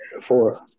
four